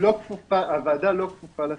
הוועדה לא כפופה לשרים,